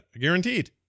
Guaranteed